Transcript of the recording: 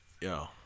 Yo